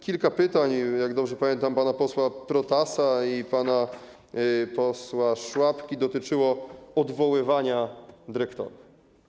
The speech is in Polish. Kilka pytań, jak dobrze pamiętam, pana posła Protasa i pana posła Szłapki dotyczyło odwoływania dyrektora.